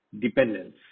dependence